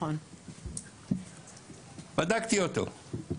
בדקתי אותו.